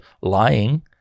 Lying